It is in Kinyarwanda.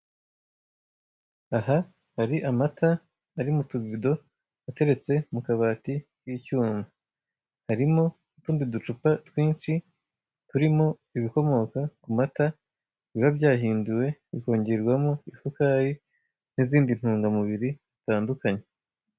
Aha hari amata ari mu tubido ateretse mu kabati k'icyuma, harimo utundi ducupa twinshi turimo ibikomoka ku mata biba byahinduwe bikongerwamo isukari n'izindi ntungamubiri zitandukanye.